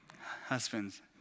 Husbands